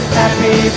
happy